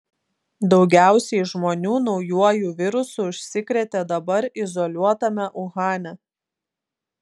daugiausiai žmonių naujuoju virusu užsikrėtė dabar izoliuotame uhane